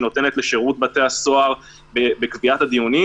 נותנת לשירות בתי הסוהר בקביעת הדיונים,